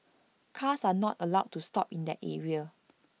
cars are not allowed to stop in that area